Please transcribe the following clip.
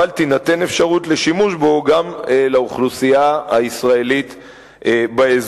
אבל תינתן אפשרות לשימוש בו גם לאוכלוסייה הישראלית באזור.